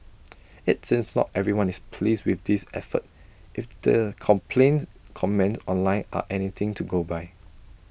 IT seems not everyone is pleased with this effort if the complaints comments online are anything to go by